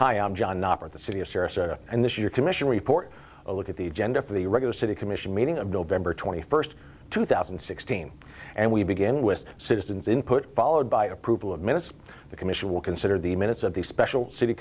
hi i'm john operate the city of sarasota and this year commission report a look at the agenda for the regular city commission meeting of november twenty first two thousand and sixteen and we begin with citizens input followed by approval of minutes the commission will consider the minutes of the special city